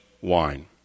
wine